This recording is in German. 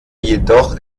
jedoch